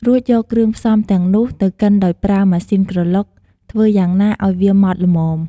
រួចយកគ្រឿងផ្សំទាំងនោះទៅកិនដោយប្រើ ម៉ាស៊ីនក្រឡុក ធ្វើយ៉ាងណាឱ្យវាម៉ដ្ឋល្មម។